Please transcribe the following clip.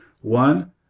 One